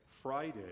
Friday